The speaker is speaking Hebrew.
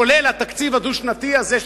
כולל התקציב הדו-שנתי הזה,